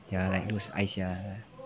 ya like those ice sia